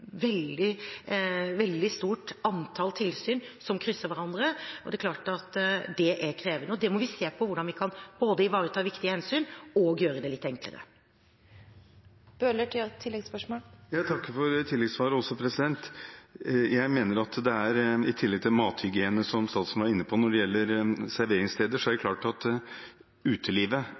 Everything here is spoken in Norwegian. veldig stort antall tilsyn som krysser hverandre, og det er klart at det er krevende. Vi må se på hvordan vi både kan ivareta viktige hensyn og gjøre det litt enklere. Jeg takker for tilleggssvaret også. Jeg mener at i tillegg til mathygiene, som statsråden var inne på når det gjelder serveringssteder, er utelivet og en del av serveringsstedene utsatt med hensyn til useriøs virksomhet, ordensproblemer osv. Her understreker politiet at